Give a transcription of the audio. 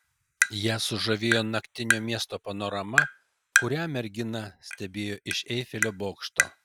ją sužavėjo naktinio miesto panorama kurią mergina stebėjo iš eifelio bokšto